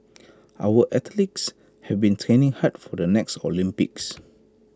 our athletes have been training hard for the next Olympics